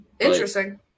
Interesting